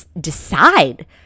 decide